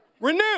Renew